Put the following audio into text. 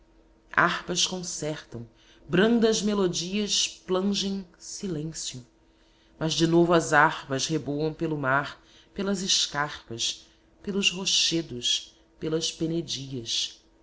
harpas concertam brandas melodias plangem silêncio mas de novo as harpas reboam pelo mar pelas escarpas pelos rochedos pelas penedias